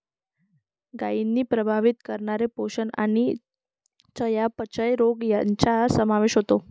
गायींना प्रभावित करणारे पोषण आणि चयापचय रोग यांचा समावेश होतो